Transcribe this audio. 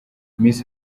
miss